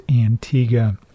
Antigua